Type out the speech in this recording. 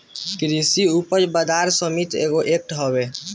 कृषि उपज बाजार समिति एगो एक्ट हवे